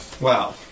Wow